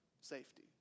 Safety